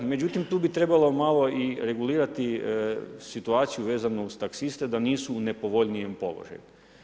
Međutim, tu bi trebalo malo regulirati situaciju vezano uz taksiste, da nisu u nepovoljnijem položaju.